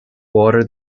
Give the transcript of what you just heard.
water